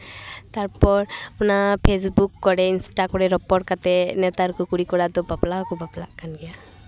ᱛᱟᱨᱯᱚᱨ ᱚᱱᱟ ᱯᱷᱮᱥᱵᱩᱠ ᱠᱚᱨᱮ ᱤᱱᱥᱴᱟ ᱠᱚᱨᱮ ᱨᱚᱲ ᱠᱟᱛᱮ ᱱᱮᱛᱟᱨ ᱠᱚ ᱠᱩᱲᱤᱼᱠᱚᱲᱟ ᱫᱚ ᱵᱟᱯᱞᱟ ᱦᱚᱸᱠᱚ ᱵᱟᱯᱞᱟᱜ ᱠᱟᱱ ᱜᱮᱭᱟ